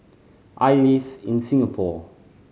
I live in Singapore